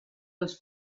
dels